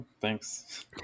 Thanks